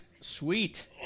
Sweet